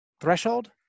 threshold